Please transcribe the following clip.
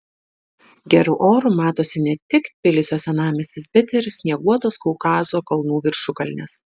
geru oru matosi ne tik tbilisio senamiestis bet ir snieguotos kaukazo kalnų viršukalnės